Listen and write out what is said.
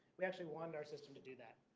we actually wanted our system to do that.